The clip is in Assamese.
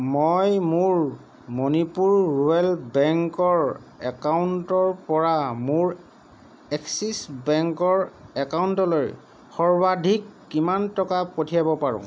মই মোৰ মণিপুৰ ৰুৰেল বেংকৰ একাউণ্টৰ পৰা মোৰ এক্সিছ বেংকৰ একাউণ্টলৈ সৰ্বাধিক কিমান টকা পঠিয়াব পাৰো